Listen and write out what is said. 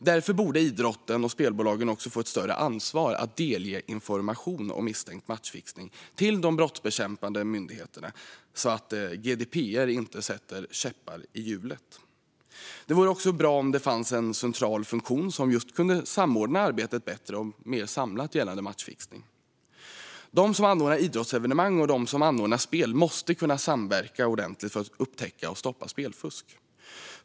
Därför borde idrotten och spelbolagen få ett större ansvar att delge information om misstänkt matchfixning till de brottsbekämpande myndigheterna, så att GDPR inte sätter käppar i hjulet. Det vore också bra om det fanns en central funktion som kunde samordna arbetet bättre och mer samlat gällande matchfixning. De som anordnar idrottsevenemang och de som anordnar spel måste kunna samverka ordentligt för att upptäcka och stoppa spelfusk.